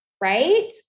right